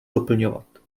doplňovat